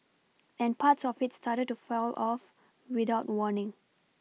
and parts of it started to fell off without warning